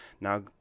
now